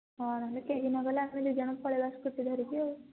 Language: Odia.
ହଁ ଯଦି କେହି ନ ଗଲେ ଆମେ ଦୁଇ ଜଣ ପଳାଇବା ସ୍କୁଟି ଧରିକି ଆଉ